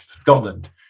Scotland